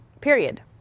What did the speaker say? period